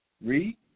Read